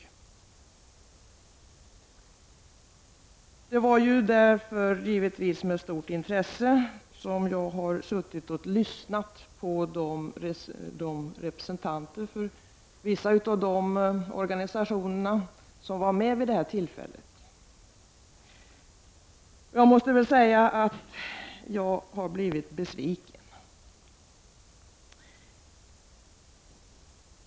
Det är därför givetvis med stort intresse som jag har suttit och lyssnat på representanterna för vissa av de organisationer som var med vid det tillfället. Jag måste säga att jag har blivit besviken.